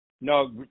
No